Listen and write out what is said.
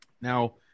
Now